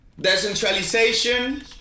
Decentralization